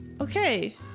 okay